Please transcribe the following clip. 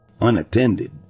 Unattended